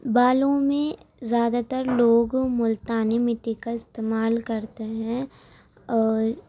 بالوں میں زیادہ تر لوگ مُلتانی مٹی کا استعمال کرتے ہیں اور